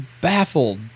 baffled